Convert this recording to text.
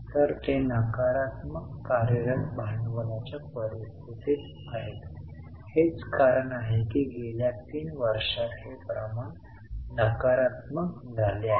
तर ते नकारात्मक कार्यरत भांडवलाच्या परिस्थितीत आहेत हेच कारण आहे की गेल्या 3 वर्षांत हे प्रमाण नकारात्मक झाले आहे